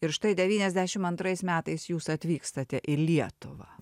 ir štai devyniasdešim antrais metais jūs atvykstate į lietuvą